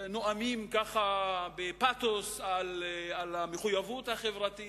ונואמים ככה בפתוס על המחויבות החברתית.